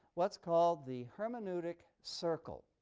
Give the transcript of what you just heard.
what's called the hermeneutic circle.